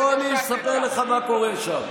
בוא ואני אספר לך מה קורה שם.